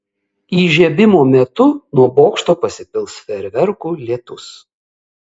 įžiebimo metu nuo bokšto pasipils fejerverkų lietus